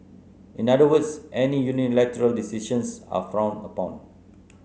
in other words any unilateral decisions are frowned upon